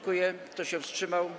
Kto się wstrzymał?